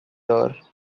door